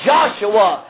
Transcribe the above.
Joshua